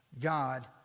God